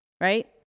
Right